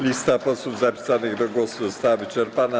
Lista posłów zapisanych do głosu została wyczerpana.